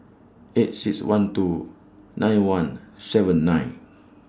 eight six one two nine one seven nine